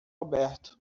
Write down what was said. aberto